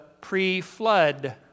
pre-flood